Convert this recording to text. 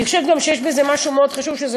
אני חושבת שיש בזה גם משהו חשוב מאוד,